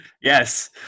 Yes